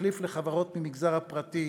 וכתחליף לחברות מהמגזר הפרטי